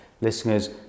Listeners